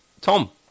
Tom